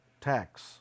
tax